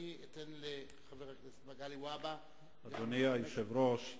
אני אתן לחבר הכנסת מגלי והבה גם חמש דקות.